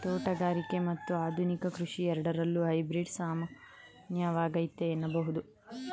ತೋಟಗಾರಿಕೆ ಮತ್ತು ಆಧುನಿಕ ಕೃಷಿ ಎರಡರಲ್ಲೂ ಹೈಬ್ರಿಡ್ ಸಾಮಾನ್ಯವಾಗೈತೆ ಎನ್ನಬಹುದು